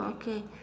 okay